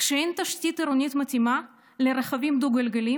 כשאין תשתית עירונית מתאימה לרכבים דו-גלגליים